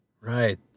right